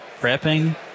prepping